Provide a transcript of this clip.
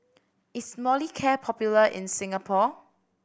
is Molicare popular in Singapore